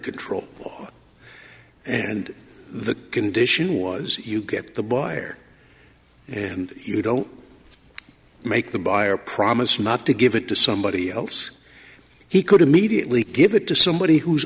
control and the condition was you get the buyer and you don't make the buyer promise not to give it to somebody else he could immediately give it to somebody who's